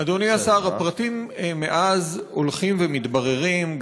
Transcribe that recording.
הפרטים, אדוני השר, הפרטים מאז הולכים ומתבררים.